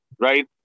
right